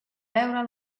beure